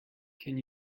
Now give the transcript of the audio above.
can